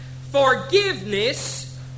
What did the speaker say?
Forgiveness